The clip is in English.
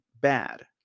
bad